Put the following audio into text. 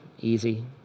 easy